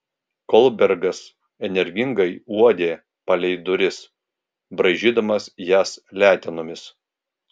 kolbergas energingai uodė palei duris braižydamas jas letenomis